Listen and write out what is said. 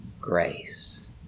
grace